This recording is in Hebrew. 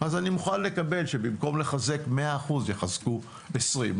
אז אני מוכן לקבל שבמקום לחזק 100% יחזקו 20%,